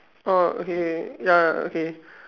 oh okay ya okay